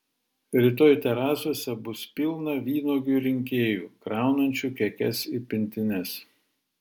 rytoj terasose bus pilna vynuogių rinkėjų kraunančių kekes į pintines